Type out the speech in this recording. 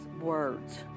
words